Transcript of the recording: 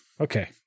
okay